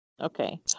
Okay